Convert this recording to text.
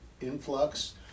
influx